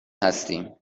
هستیم